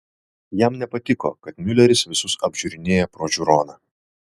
jam nepatiko kad miuleris visus apžiūrinėja pro žiūroną